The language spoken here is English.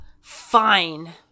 fine